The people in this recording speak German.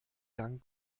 gang